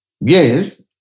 Yes